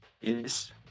yes